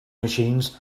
machines